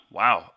wow